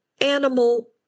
animal